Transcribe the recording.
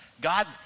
God